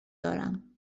دارم